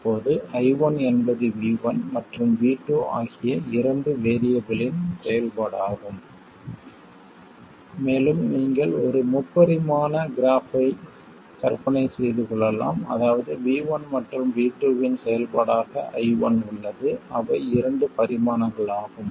இப்போது I1 என்பது V1 மற்றும் V2 ஆகிய இரண்டு வேறியபிள் இன் செயல்பாடாகும் மேலும் நீங்கள் ஒரு முப்பரிமாண கிராஃப் ஐ கற்பனை செய்து கொள்ளலாம் அதாவது V1 மற்றும் V2 இன் செயல்பாடாக I1 உள்ளது அவை இரண்டு பரிமாணங்களாகும்